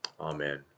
Amen